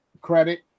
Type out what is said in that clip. credit